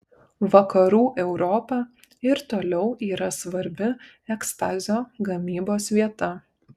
vakarų europa ir toliau yra svarbi ekstazio gamybos vieta